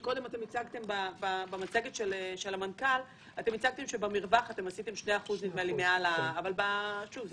קודם אתם הצגתם במצגת של המנכ"ל שבמרווח אתם עשיתם 2% מעל אבל שוב,